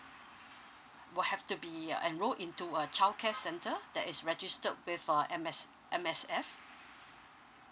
will have to be uh enrolled into a childcare center that is registered with uh M_S M_S_F